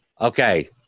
Okay